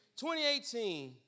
2018